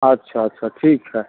अच्छा अच्छा ठीक है